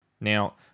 Now